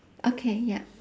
okay ya